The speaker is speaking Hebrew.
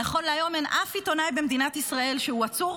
ונכון להיום אין אף עיתונאי במדינת ישראל שהוא עצור,